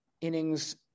innings